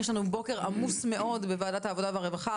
יש לנו בוקר עמוס מאוד בוועדת העבודה והרווחה,